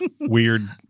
weird